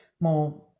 more